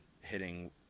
hitting